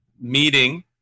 meeting